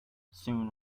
soon